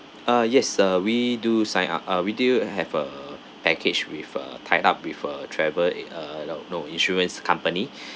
uh yes uh we do sign up uh we did have uh package with uh tie up with a travel uh no no insurance company